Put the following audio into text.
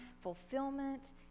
fulfillment